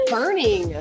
Burning